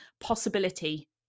possibility